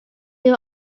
who